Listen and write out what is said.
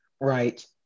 Right